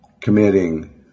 committing